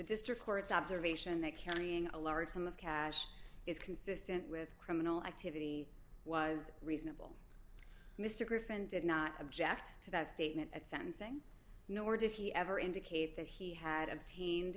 district courts observation that carrying a large sum of cash is consistent with criminal activity was reasonable mr griffin did not object to that statement at sentencing nor did he ever indicate that he had obtained